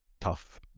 tough